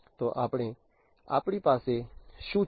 તો આપણી પાસે શું છે